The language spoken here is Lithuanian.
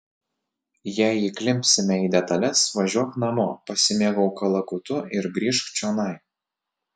jei įklimpsime į detales važiuok namo pasimėgauk kalakutu ir grįžk čionai